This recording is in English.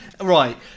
Right